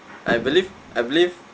I believe I believe